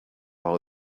how